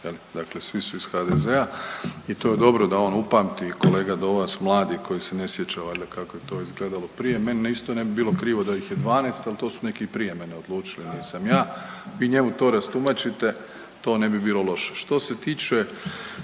dakle svi su iz HDZ-a i to je dobro da on upamti kolega do vas mladi koji se ne sjeća valjda kako je to izgledalo prije, meni isto ne bi bilo krivo da ih je 12, al to su neki prije mene odlučili, nisam ja, vi njemu to rastumačite, to ne bi bilo loše. Što se tiče